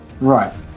Right